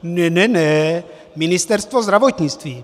Ne, ne, Ministerstvo zdravotnictví.